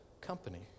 company